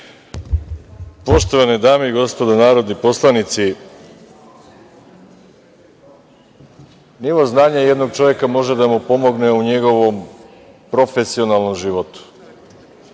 Poštovane dame i gospodo narodni poslanici, nivo znanja jednog čoveka može da mu pomogne u njegovom profesionalnom životu,